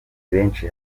benshi